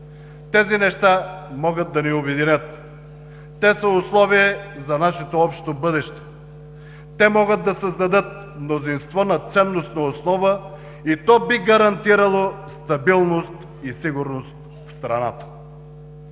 Тези неща могат да ни обединят. Те са условие за нашето общо бъдеще. Те могат да създадат мнозинство на ценностна основа и то би гарантирало стабилност и сигурност в страната.